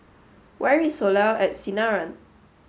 where is Soleil at Sinaran